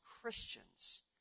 Christians